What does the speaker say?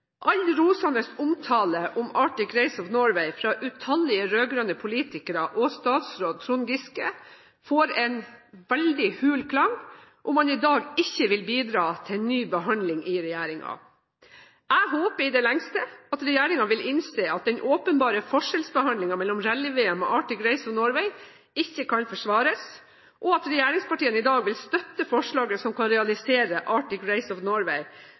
All rosende omtale av Arctic Race of Norway fra utallige rød-grønne politikere og statsråd Trond Giske får en veldig hul klang om man i dag ikke vil bidra til ny behandling i regjeringen. Jeg håper i det lengste at regjeringen vil innse at den åpenbare forskjellsbehandlingen mellom rally-VM og Arctic Race of Norway ikke kan forsvares, og at regjeringspartiene i dag vil støtte forslaget som kan realisere Arctic Race of Norway